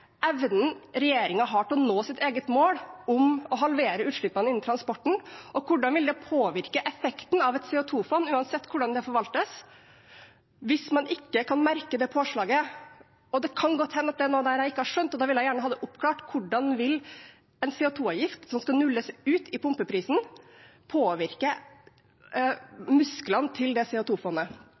evnen regjeringen har til å nå sitt eget mål om å halvere utslippene innen transporten, og hvordan vil det påvirke effekten av et CO 2 -fond, uansett hvordan det forvaltes, hvis man ikke kan merke det påslaget. Det kan godt hende det er noe der som jeg ikke har skjønt, og da vil jeg gjerne ha det oppklart. Hvordan vil en CO 2 -avgift som skal nulles ut i pumpeprisen, påvirke musklene til det